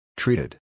Treated